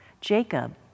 Jacob